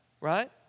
Right